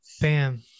Bam